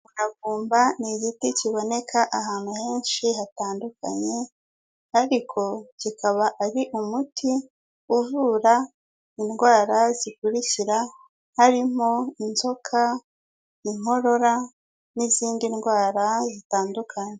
Umuravumba ni igiti kiboneka ahantu henshi hatandukanye ariko kikaba ari umuti uvura indwara zikurikira, harimo inzoka, inkorora n'izindi ndwara zitandukanye.